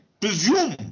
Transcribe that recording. presume